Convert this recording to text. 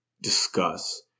discuss